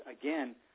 again